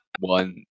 one